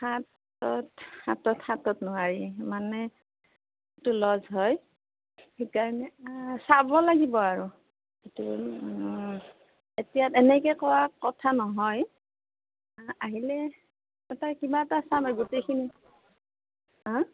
সাতত সাতত সাতত নোৱাৰি মানে সেইটো লচ হয় সেইকাৰণে চাব লাগিব আৰু এতিয়া তেনেকৈ কোৱা কথা নহয় আহিলে এটা কিবা এটা চাম আৰ গোটেই খিনি হাঁ